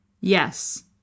yes